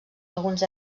alguns